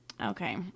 Okay